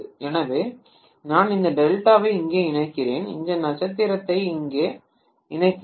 எனவே நான் இந்த டெல்டாவை இங்கே இணைக்கிறேன் இந்த நட்சத்திரத்தை இங்கே இணைக்கிறேன்